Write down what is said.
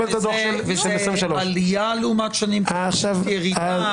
ועוד מעט נקבל את הדוח של 2023. וזאת עלייה לעומת שנים קודמות או ירידה?